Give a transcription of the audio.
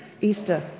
Easter